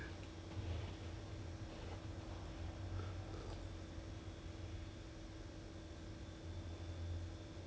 that's why so when I did the sim with him then err 他跟我讲 his err all his kids his wife everybody already left for Japan